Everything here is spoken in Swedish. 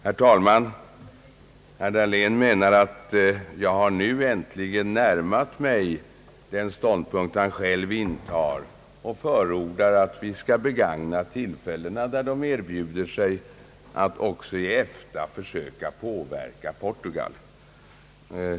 Herr talman! Herr Dahlén anser att jag nu äntligen har närmat mig den ståndpunkt han själv intar och förordar att vi skall begagna tillfällena, när de erbjuder sig, att också i EFTA försöka påverka Portugal.